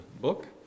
book